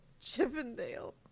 Chippendale